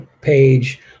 page